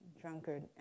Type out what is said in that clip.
drunkard